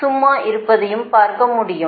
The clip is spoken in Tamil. சும்மா இருப்பதையும் பார்க்க முடியும்